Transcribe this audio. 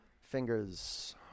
fingers